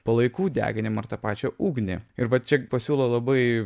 palaikų deginimą ar tą pačią ugnį ir va čia pasiūlo labai